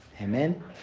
amen